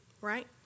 right